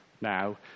now